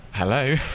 Hello